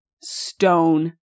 stone